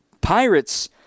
Pirates